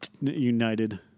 United